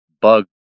bug